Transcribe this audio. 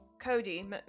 Cody